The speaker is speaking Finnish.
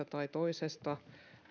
tai toisesta